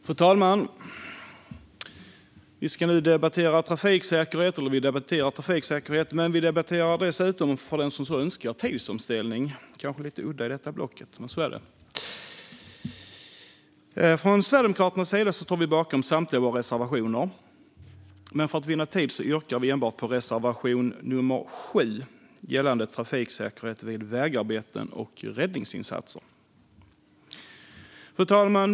Fru talman! Vi debatterar nu trafiksäkerhet. Men den som så önskar kan också debattera tidsomställning. Det är kanske lite udda i detta block, men så ligger det till. Vi i Sverigedemokraterna står bakom samtliga våra reservationer, men för att vinna tid yrkar jag bifall enbart till reservation 11 om trafiksäkerhet vid vägarbeten och räddningsinsatser. Fru talman!